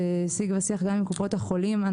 בשיג ושיח גם עם קופות החולים.